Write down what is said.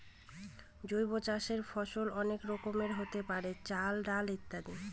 জৈব চাষের ফসল অনেক রকমেরই হতে পারে, চাল, ডাল ইত্যাদি